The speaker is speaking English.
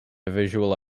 visual